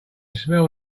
smell